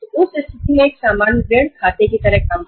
इस मामले में यह एक सामान्य ऋण खाते की तरह काम करेगा